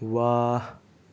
واہ